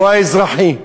או האזרחי,